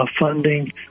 funding